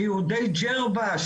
שיהודי ג'רבה,